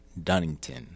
Dunnington